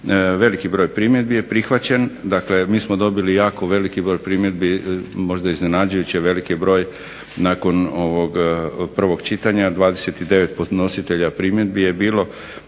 veliki broj primjedbi je prihvaćen, dakle mi smo dobili jako veliki broj primjedbi, možda iznenađujuće veliki broj nakon ovog prvog čitanja 29 podnositelja primjedbi je bilo,